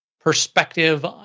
perspective